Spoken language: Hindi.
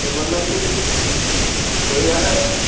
तो मतलब कि वही है